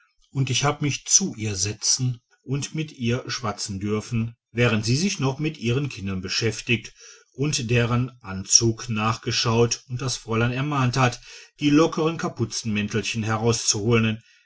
und ich habe mich zu ihr setzen und mit ihr schwatzen dürfen während sie sich noch mit ihren kindern beschäftigt und deren anzug nachgeschaut und das fräulein ermahnt hat die lodenen kapuzenmäntelchen herauszuholen